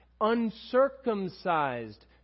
Uncircumcised